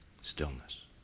Stillness